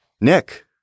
Nick